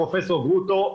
פרופ' גרוטו,